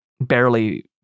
barely